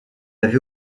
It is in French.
avait